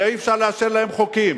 ואי-אפשר לאשר להם חוקים.